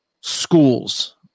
schools